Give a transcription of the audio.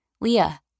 Leah